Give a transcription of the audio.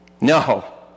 No